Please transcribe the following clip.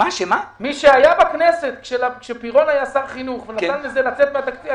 מי שהיה בכנסת כשפירון היה שר חינוך ונתן לזה לצאת מהתקציב,